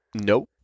Nope